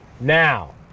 Now